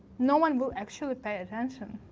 no one will actually pay attention